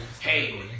hey